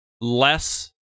less